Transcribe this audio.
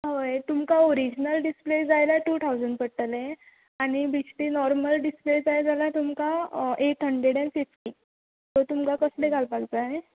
होय तुमकां original display जाय जाल्यार टू थावजंड पडटले आनी बेश्टी नोर्मल डिसप्ले जाय जाल्यार तुमकां eight hundred and fifty so तुमकां कसली घालपाक जाय